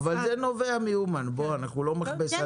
אבל זה נובע מאומן, בואו, אנחנו לא מכבסת מילים.